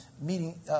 meeting